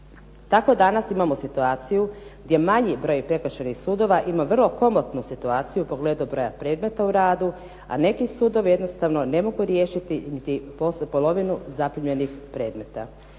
Tako danas imamo situaciju gdje manji broj prekršajnih sudova ima vrlo komotnu situaciju u pogledu broja predmeta u radu, a neki sudovi jednostavno ne mogu riješiti niti polovinu zaprimljenih predmeta.